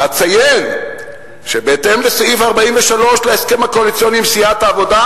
אציין כי בהתאם לסעיף 43 להסכם הקואליציוני עם סיעת העבודה